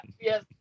Yes